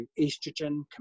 estrogen